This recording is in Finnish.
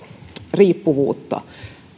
riippuvuutta